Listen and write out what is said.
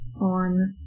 on